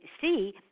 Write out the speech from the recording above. see